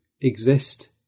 exist